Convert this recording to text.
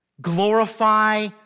glorify